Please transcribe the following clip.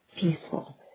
peaceful